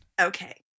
Okay